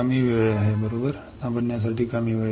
कमी वेळ बरोबर समजण्यासाठी कमी वेळ